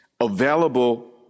available